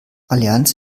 allianz